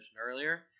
earlier